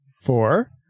Four